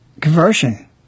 conversion